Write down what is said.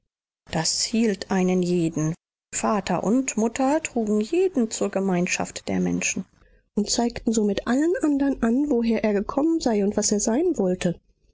das hielt einen jeden vater und mutter trugen jeden zur gemeinschaft der menschen und zeigten somit allen andern an woher er gekommen sei und was er sein wollte